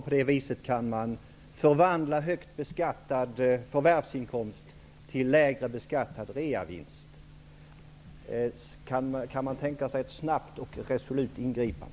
På detta sätt kan man förvandla högt beskattad förvärvsinkomst till lägre beskattad reavinst. Kan regeringen tänka sig ett snabbt och resolut ingripande?